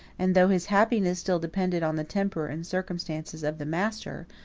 and though his happiness still depended on the temper and circumstances of the master,